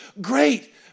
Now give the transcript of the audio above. great